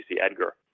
Edgar